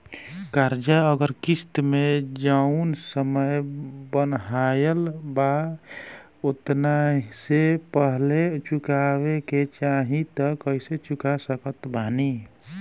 कर्जा अगर किश्त मे जऊन समय बनहाएल बा ओतना से पहिले चुकावे के चाहीं त कइसे चुका सकत बानी?